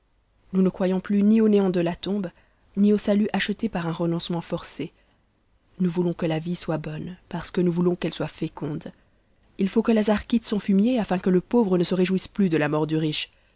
nous ne croyons plus ni au néant de la tombe ni au salut acheté par un renoncement forcé nous voulons que la vie soit bonne parce que nous voulons qu'elle soit féconde il faut que lazare quitte son fumier afin que le pauvre ne se réjouisse plus de la mort du riche